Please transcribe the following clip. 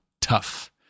tough